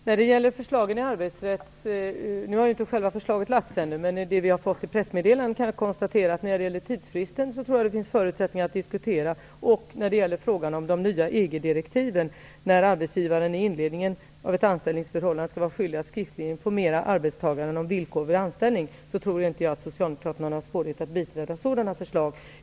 Herr talman! Förslaget om arbetsrätten har ännu inte lagts fram, men efter pressmeddelandet kan jag konstatera att jag tror att det finns förutsättningar att diskutera tidsfristen. När det gäller frågan om de nya EG-direktiven, att arbetsgivaren i inledningen av ett anställningsförhållande skall vara skyldig att skriftligen informera arbetstagaren om villkoren vid anställning, tror jag inte att socialdemokraterna har svårt att biträda sådana förslag.